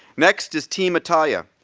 next is team italia,